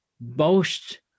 boast